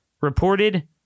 reported